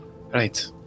Right